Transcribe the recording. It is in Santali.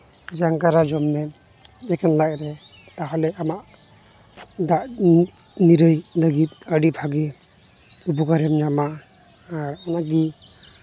ᱡᱟᱝ ᱠᱟᱭᱨᱟ ᱡᱚᱢ ᱢᱮ ᱮᱠᱷᱮᱱ ᱞᱟᱡᱨᱮ ᱛᱟᱦᱞᱮ ᱟᱢᱟᱜ ᱫᱟᱜ ᱧᱩ ᱱᱤᱨᱟᱹᱭ ᱞᱟᱹᱜᱤᱫ ᱟᱹᱰᱤ ᱵᱷᱟᱜᱮ ᱩᱯᱚᱠᱟᱨᱮᱢ ᱧᱟᱢᱟ ᱟᱨ ᱚᱱᱟᱜᱮ